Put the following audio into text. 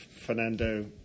Fernando